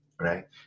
right